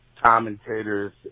commentators